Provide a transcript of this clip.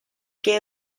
que